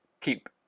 keep